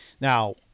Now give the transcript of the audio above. Now